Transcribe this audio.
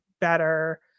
better